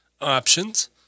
options